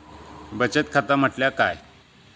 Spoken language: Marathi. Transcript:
बचत खाता म्हटल्या काय?